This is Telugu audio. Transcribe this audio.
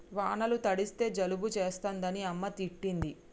వానల తడిస్తే జలుబు చేస్తదని అమ్మ తిట్టింది